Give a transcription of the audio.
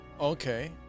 Okay